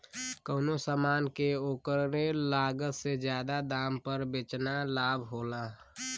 कउनो समान के ओकरे लागत से जादा दाम पर बेचना लाभ होला